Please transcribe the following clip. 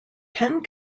ten